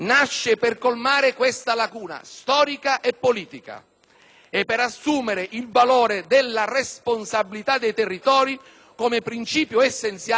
e per assumere il valore della responsabilità dei territori come principio essenziale dell'azione politica;